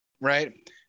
Right